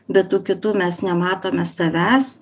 be tų kitų mes nematome savęs